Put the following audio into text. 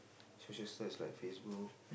social sites like Facebook